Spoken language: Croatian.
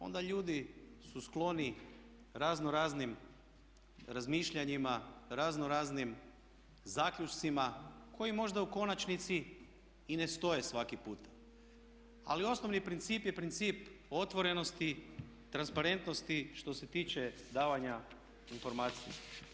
Onda ljudi su skloni razno raznim razmišljanjima, razno raznim zaključcima koji možda u konačnici i ne stoje svaki put, ali osnovni princip je princip otvorenosti, transparentnosti što se tiče davanja informacije.